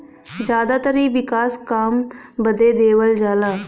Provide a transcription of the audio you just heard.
जादातर इ विकास काम बदे देवल जाला